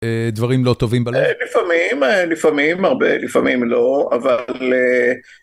דברים לא טובים בלב? לפעמים, לפעמים, הרבה... לפעמים לא, אבל...